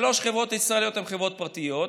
שלוש החברות הישראליות הן חברות פרטיות.